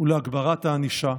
ולהגברת הענישה.